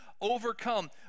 overcome